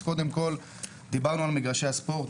אז קודם כל דיברנו על מגרשי הספורט,